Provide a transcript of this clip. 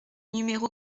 numéro